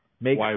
make